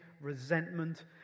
resentment